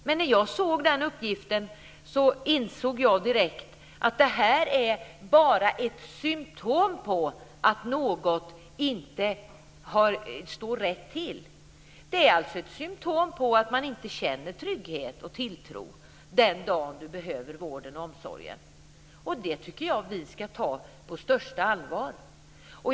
Men när jag såg den uppgiften insåg jag direkt att det här bara är ett symtom på att något inte står rätt till. Det är alltså ett symtom på att man inte känner trygghet och tilltro den dag man behöver vården och omsorgen. Det tycker jag att vi ska ta på största allvar.